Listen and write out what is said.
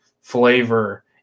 flavor